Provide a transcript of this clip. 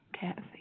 Kathy